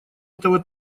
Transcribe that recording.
этого